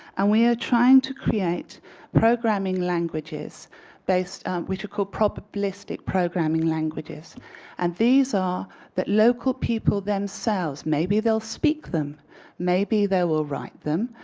and we are trying to create programming languages based which are called prob blistic programming languages and these are that local people themselves, maybe they'll speak them maybe they will write them.